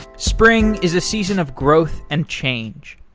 spring is a season of growth and change.